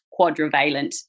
quadrivalent